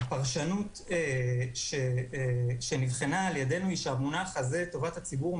הפרשנות שנבחנה על-ידינו היא שהמונח "טובת הציבור"